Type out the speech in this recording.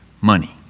money